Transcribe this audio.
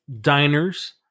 diners